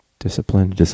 Discipline